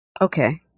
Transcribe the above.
Okay